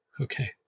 Okay